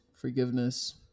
forgiveness